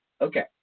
okay